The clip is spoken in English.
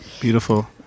Beautiful